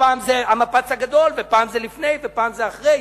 ופעם זה המפץ הגדול, ופעם זה לפני ופעם זה אחרי.